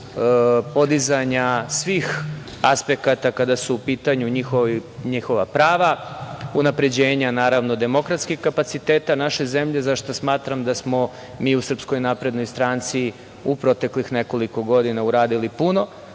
podizanja svih aspekata kada su u pitanju njihova prava, unapređenja demokratskih kapaciteta naše zemlje, zašta smatram da smo mi u SNS u proteklih nekoliko godina uradili puno,